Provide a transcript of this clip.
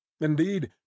Indeed